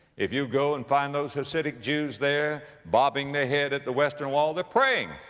if you'd go and find those hasidic jews there bobbing their head at the western wall, they're praying.